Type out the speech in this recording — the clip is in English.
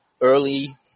early